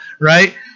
right